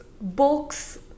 books